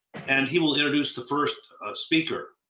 and he will introduce the first speaker.